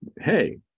Hey